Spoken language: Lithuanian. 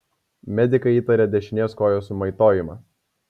medikai įtarė dešinės kojos sumaitojimą